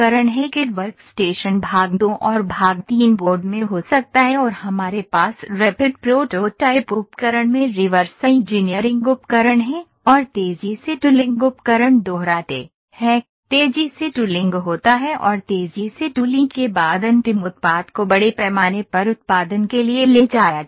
CAD work station भाग दो और भाग तीन बोर्ड में हो सकता है और हमारे पास रैपिड प्रोटोटाइप उपकरण में रिवर्स इंजीनियरिंग उपकरण हैं और तेजी से टूलिंग उपकरण दोहराते हैं तेजी से टूलिंग होता है और तेजी से टूलींग के बाद अंतिम उत्पाद को बड़े पैमाने पर उत्पादन के लिए ले जाया जाता है